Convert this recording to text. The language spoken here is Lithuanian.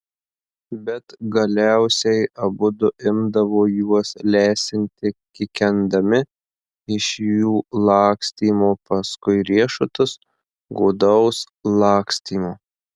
bet galiausiai abudu imdavo juos lesinti kikendami iš jų lakstymo paskui riešutus godaus lakstymo